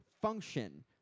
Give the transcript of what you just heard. function